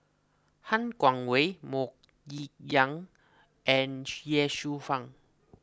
Han Guangwei Mok Ying Jang and Ye Shufang